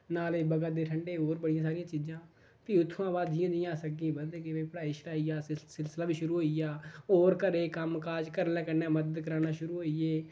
नाले बगै दे ठंडे होर बड़ियां सारियां चीजां फ्ही उत्थुआं बाद जि'यां जि'यां अस अग्गें बधदे गे ब पढ़ाई छड़ाई आस्तै इक सिलसिला बी शुरू होई गेआ होर घरें च कम्मकाज घरै आह्ले कन्नै मदद कराना शुरू होई गे